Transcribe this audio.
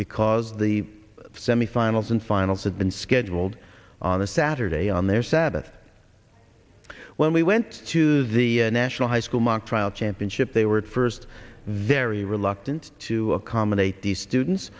because the semifinals and finals had been scheduled on a saturday on their sabbath when we went to the national high school mock trial championship they were first very reluctant to accommodate the students